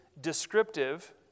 descriptive